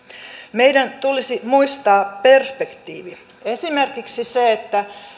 meidän tulisi muistaa perspektiivi esimerkiksi se että